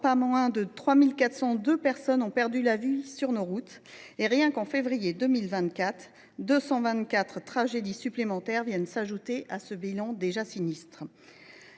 pas moins de 3 402 personnes ont perdu la vie sur nos routes, et rien qu’en février 2024, quelque 224 tragédies supplémentaires sont venues s’ajouter à ce bilan déjà sinistre.